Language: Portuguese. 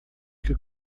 que